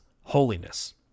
holiness